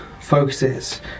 focuses